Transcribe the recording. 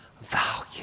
value